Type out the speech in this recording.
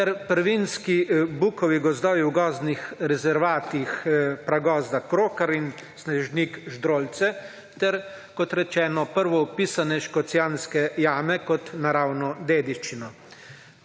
ter prvinski bukovi gozdovi v gozdnih rezervatih pragozda Krokar in Snežnik Ždrolce ter, kot rečeno, prvo opisane Škocjanske jame kot naravno dediščino.